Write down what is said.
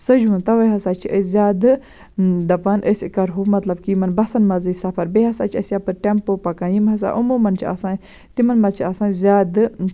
سَجھوُن تَوَے ہَسا چھِ أسۍ زیادٕ دَپان أسۍ کَرٕہو مطلب کہِ یِمَن بَسَن منٛزٕے سفر بیٚیہِ ہَسا چھِ أسۍ یَپٲرۍ ٹٮ۪مپو پَکان یِم ہَسا عموٗمن چھِ آسان تِمَن منٛز چھِ آسان زیادٕ